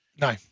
No